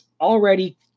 already